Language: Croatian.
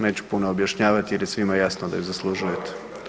Neću puno objašnjavati jer je svima jasno da je zaslužujete.